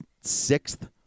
sixth